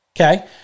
okay